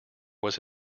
was